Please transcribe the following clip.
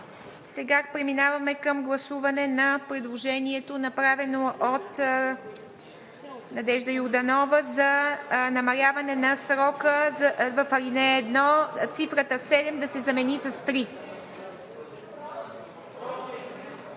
Сега преминаваме към гласуване на предложението, направено от Надежда Йорданова, за намаляване на срока в ал. 1, цифрата „7“ да се замени с „3“.